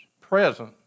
present